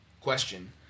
Question